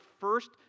first